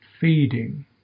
feeding